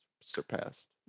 surpassed